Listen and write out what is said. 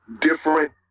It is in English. different